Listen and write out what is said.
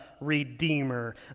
Redeemer